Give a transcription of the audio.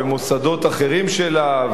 במוסדות אחרים שלה,